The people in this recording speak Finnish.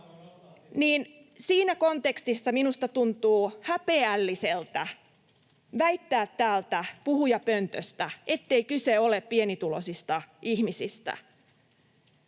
Siinä kontekstissa minusta tuntuu häpeälliseltä väittää täältä puhujapöntöstä, ettei kyse ole pienituloisista ihmisistä.